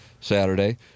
Saturday